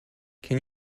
can